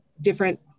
different